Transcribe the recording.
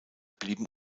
blieben